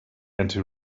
into